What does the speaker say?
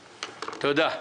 תודה.